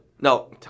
no